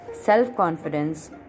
self-confidence